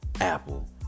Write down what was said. Apple